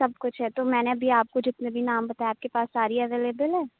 سب کچھ ہے تو میں نے ابھی آپ کو جتنے بھی نام بتائے آپ کے پاس ساری اویلیبل ہے